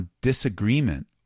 disagreement